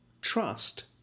Trust